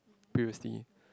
previously